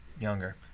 Younger